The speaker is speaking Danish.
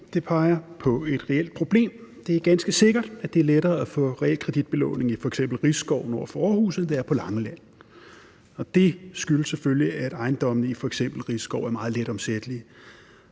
Det peger på et reelt problem. Det er ganske sikkert, at det er lettere at få realkreditbelåning i f.eks. Risskov nord for Aarhus, end det er på Langeland. Det skyldes selvfølgelig, at ejendommene i f.eks. Risskov er meget let omsættelige